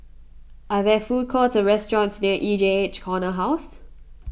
are there food courts or restaurants near E J H Corner House